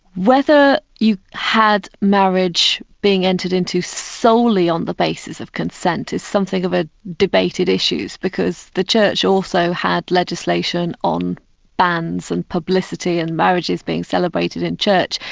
whether you had marriage being entered into solely on the basis of consent is something of a debated issue, because the church also had legislation on banns and publicity and marriages being celebrated in church,